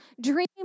dream